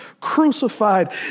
crucified